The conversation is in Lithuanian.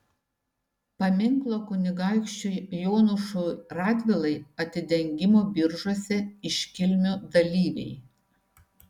paminklo kunigaikščiui jonušui radvilai atidengimo biržuose iškilmių dalyviai